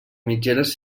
mitgeres